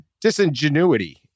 disingenuity